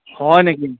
হয় নেকি